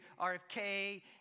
RFK